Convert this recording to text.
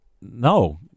no